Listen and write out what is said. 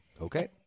Okay